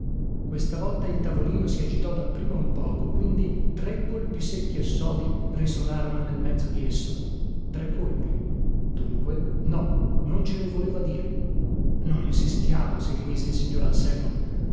questa volta il tavolino si agitò dapprima un poco quindi tre colpi secchi e sodi risonarono nel mezzo di esso tre colpi dunque no non ce lo voleva dire non insistiamo si rimise il signor anselmo